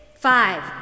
Five